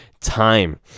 time